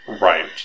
Right